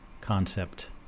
concept